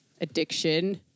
addiction